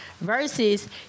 Versus